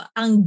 ang